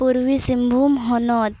ᱯᱩᱨᱵᱤᱥᱤᱝᱵᱷᱩᱢ ᱦᱚᱱᱚᱛ